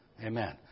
Amen